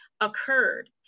occurred